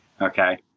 okay